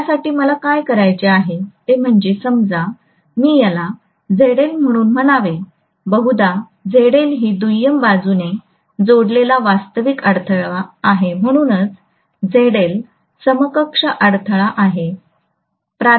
त्यासाठी मला काय करायचे आहे ते म्हणजे समजा मी याला ZL म्हणून म्हणावे 'बहुदा झेडएल ही दुय्यम बाजूने जोडलेला वास्तविक अडथळा आहे म्हणूनच' झेडएल 'समकक्ष अडथळा आहे